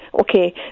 okay